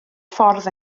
ffordd